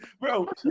Bro